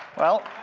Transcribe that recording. well